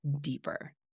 deeper